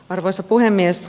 arvoisa puhemies